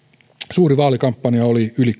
suurin vaalikampanja oli yli